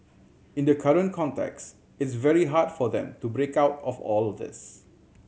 in the current context it's very hard for them to break out of all this